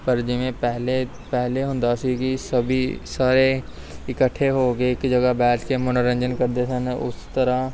ਪਰ ਜਿਵੇਂ ਪਹਿਲੇ ਪਹਿਲੇ ਹੁੰਦਾ ਸੀ ਕਿ ਸਭੀ ਸਾਰੇ ਇਕੱਠੇ ਹੋ ਕੇ ਇੱਕ ਜਗ੍ਹਾ ਬੈਠ ਕੇ ਮਨੋਰੰਜਨ ਕਰਦੇ ਸਨ ਉਸ ਤਰ੍ਹਾਂ